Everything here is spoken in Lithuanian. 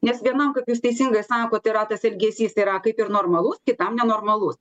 nes vienam kaip jūs teisingai sakot yra tas elgesys yra kaip ir normalus kitam nenormalus